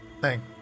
Thank